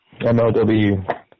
MLW